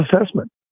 assessment